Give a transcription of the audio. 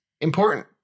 important